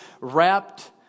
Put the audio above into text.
wrapped